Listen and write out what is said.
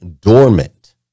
dormant